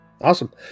Awesome